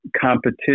competition